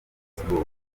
facebook